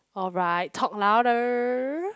alright talk louder